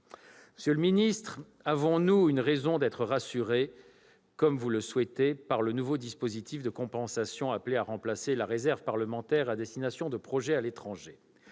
Monsieur le ministre, avons-nous une raison d'être rassurés, comme vous l'affirmez, par le nouveau dispositif de compensation appelé à remplacer la réserve parlementaire à destination de projets à l'étranger ?